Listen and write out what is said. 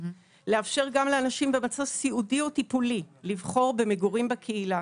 לאפשר גם לאנשים במצב סיעודי או טיפולי לבחור במגורים בקהילה.